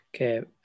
Okay